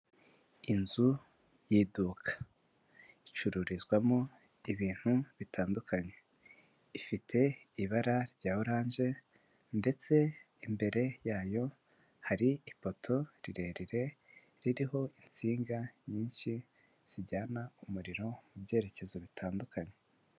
Inzu y'iduka icururizwamo ibintu bitandukanye. Ifite ibara rya orange ndetse imbere yayo hari ifoto rirerire ririho insinga nyinshi zijyana umuriro mu byerekezo bitandukanye.